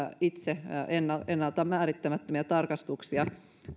itse ennalta ennalta määrittämättömiä tarkastuksia